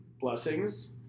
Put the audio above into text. blessings